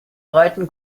breiten